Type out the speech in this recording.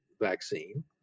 vaccine